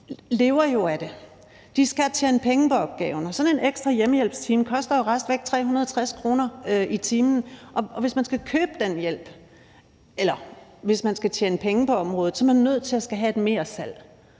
lever jo af det. De skal tjene penge på opgaven, og sådan en ekstra hjemmehjælpstime koster jo raskvæk 360 kr. Og hvis man skal tjene penge på området, er man nødt til at have et mersalg,